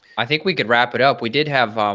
i think we could wrap it up. we did have um